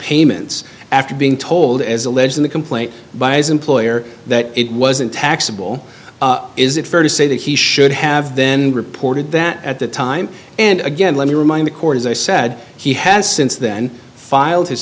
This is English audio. payments after being told as alleged in the complaint by his employer that it wasn't taxable is it fair to say that he should have then reported that at the time and again let me remind the court as i said he has since then filed his